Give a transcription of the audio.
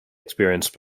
experienced